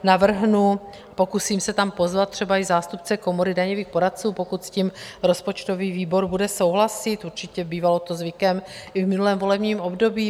Navrhnu, pokusím se tam pozvat třeba i zástupce Komory daňových poradců, pokud s tím rozpočtový výbor bude souhlasit, určitě, bývalo to zvykem i v minulém volebním období.